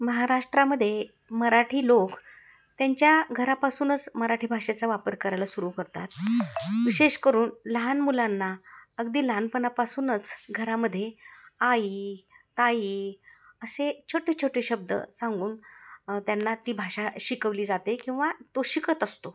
महाराष्ट्रामध्ये मराठी लोक त्यांच्या घरापासूनच मराठी भाषेचा वापर करायला सुरू करतात विशेष करून लहान मुलांना अगदी लहानपणापासूनच घरामध्ये आई ताई असे छोटे छोटे शब्द सांगून त्यांना ती भाषा शिकवली जाते किंवा तो शिकत असतो